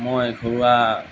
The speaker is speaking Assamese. মই ঘৰুৱা